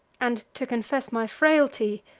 and, to confess my frailty,